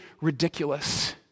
ridiculous